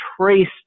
traced